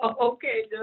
Okay